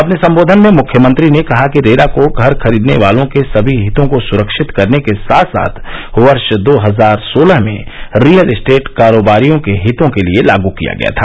अपने संबोधन में मुख्यमंत्री ने कहा कि रेरा को घर खरीदने वालों के सभी हितों को सुरक्षित करने के साथ साथ वर्षी दो हजार सोलह में रियल एस्टेट कारोबारियों के हितों के लिए लागू किया गया था